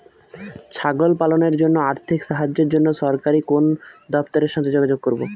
ছাগল পালনের জন্য আর্থিক সাহায্যের জন্য সরকারি কোন দপ্তরের সাথে যোগাযোগ করব?